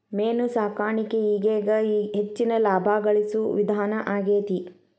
main ಸಾಕಾಣಿಕೆ ಈಗೇಗ ಹೆಚ್ಚಿನ ಲಾಭಾ ಗಳಸು ವಿಧಾನಾ ಆಗೆತಿ